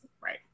right